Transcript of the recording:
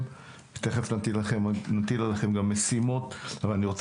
תרחישי אובדן תמ"ג במזרח התיכון ובאפריקה